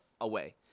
away